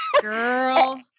Girl